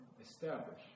establish